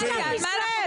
על מה אנחנו מדברים בכלל?